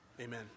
amen